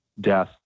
death